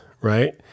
right